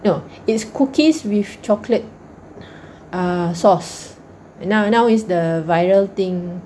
no it's cookies with chocolate sauce and now now is the viral thing